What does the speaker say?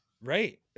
Right